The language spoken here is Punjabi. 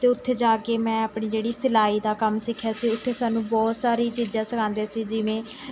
ਅਤੇ ਉੱਥੇ ਜਾ ਕੇ ਮੈਂ ਆਪਣੀ ਜਿਹੜੀ ਸਿਲਾਈ ਦਾ ਕੰਮ ਸਿੱਖਿਆ ਸੀ ਉੱਥੇ ਸਾਨੂੰ ਬਹੁਤ ਸਾਰੀ ਚੀਜ਼ਾਂ ਸਿਖਾਉਂਦੇ ਸੀ ਜਿਵੇਂ